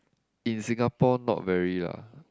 in Singapore not very lah